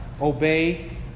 obey